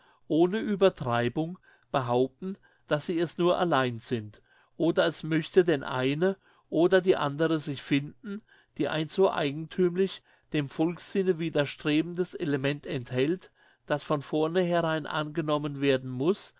ohne uebertreibung behaupten daß sie es nur allein sind oder es möchte denn eine oder die andere sich finden die ein so eigenthümlich dem volkssinne widerstrebendes element enthält daß von vornherein angenommen werden muß